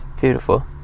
Beautiful